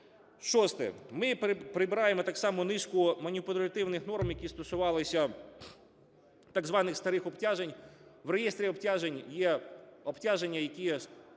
Шосте. Ми прибираємо так само низку маніпулятивних норм, які стосувалися так званих старих обтяжень. В реєстрі обтяжень є обтяження, які